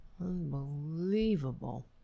Unbelievable